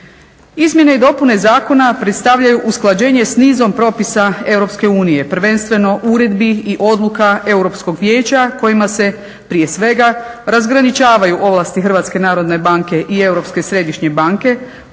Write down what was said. Izmjene i dopune zakona predstavljaju usklađenje s nizom propisa EU prvenstveno uredbi i odluka Europskog vijeća kojima se prije svega razgraničavaju ovlasti Hrvatske